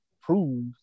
prove